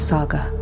Saga